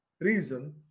reason